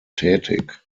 tätig